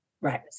Right